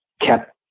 kept